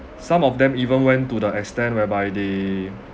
some of them even went to the extent whereby they